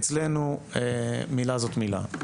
אצלנו מילה זאת מילה.